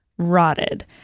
Rotted